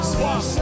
Swap